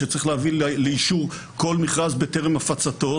שצריך להביא לאישור כל מכרז בטרם הפצתו,